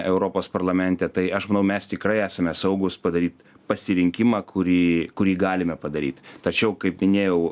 europos parlamente tai aš manau mes tikrai esame saugūs padaryt pasirinkimą kurį kurį galime padaryt tačiau kaip minėjau